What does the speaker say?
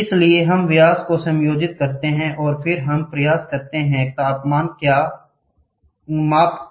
इसलिए हम व्यास को समायोजित करते हैं और फिर हम प्रयास करते हैं माप क्या तापमान है